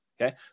Okay